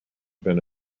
been